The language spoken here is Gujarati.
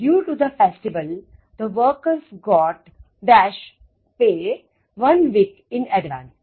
Due to the festival the workers got pay one week in advance